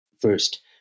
first